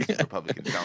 Republicans